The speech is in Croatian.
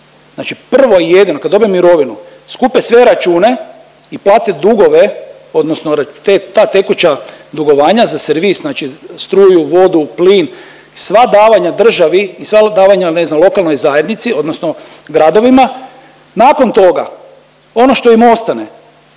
znači prvo i jedino kad dobiju mirovinu, skupe sve račune i plate dugove odnosno ta tekuća dugovanja za servis, znači struju, vodu, plin sva davanja državi i sva davanja ne znam lokalnoj zajednici odnosno gradovima. Nakon toga ono što im ostane